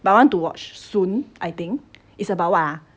but I want to watch soon I think it's about what uh